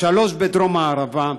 שלושה בדרום הערבה,